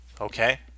Okay